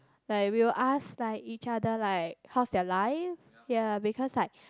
like we will ask like each other like how's their life ya because like